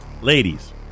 Ladies